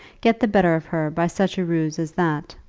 get the better of her by such a ruse as that!